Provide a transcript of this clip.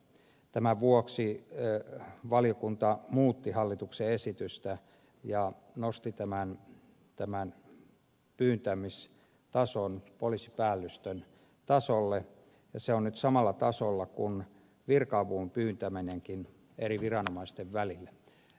tämän vuoksi valiokunta muutti hallituksen esitystä ja nosti tämän pyytämistason poliisipäällystön tasolle ja se on nyt samalla tasolla kuin virka avun pyytäminenkin eri viranomaisten välillä